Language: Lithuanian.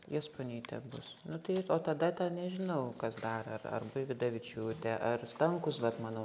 jasponytė bus nu tai o tada ten nežinau kas dar ar ar buividavičiūtė ar stankus bet manau